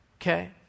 okay